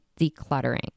decluttering